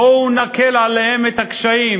בואו נקל עליהם את הקשיים,